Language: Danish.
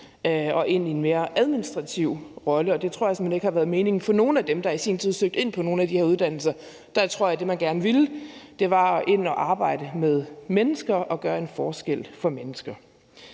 og ind i mere administrative roller, og det tror jeg simpelt hen ikke har været meningen for nogen af dem, der i sin tid søgte ind på nogle af de her uddannelser. Jeg tror, at det, man gerne ville, var at komme ind og arbejde med mennesker og gøre en forskel for mennesker.